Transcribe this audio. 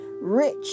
rich